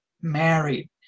married